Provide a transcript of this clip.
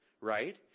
right